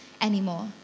anymore